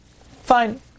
Fine